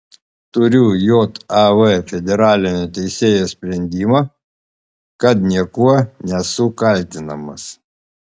turiu jav federalinio teisėjo sprendimą kad niekuo nesu kaltinamas